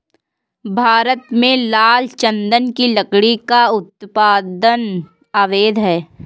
भारत में लाल चंदन की लकड़ी का उत्पादन अवैध है